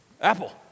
Apple